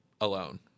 alone